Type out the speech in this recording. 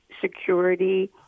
security